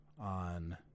on